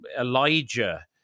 Elijah